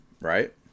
right